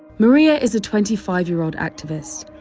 maria is a twenty five year old activist,